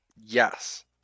Yes